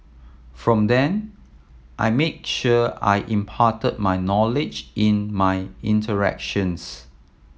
from then I made sure I imparted my knowledge in my interactions